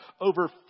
over